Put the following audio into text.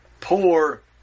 poor